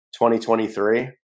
2023